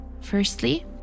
Firstly